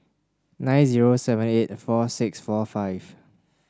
nine zero seven eight four six four five